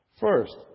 First